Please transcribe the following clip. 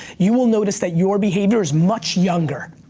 you will notice that your behavior is much younger.